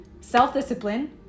self-discipline